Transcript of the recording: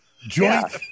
joint